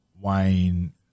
Wayne